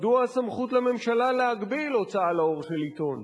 מדוע סמכות לממשלה להגביל הוצאה לאור של עיתון?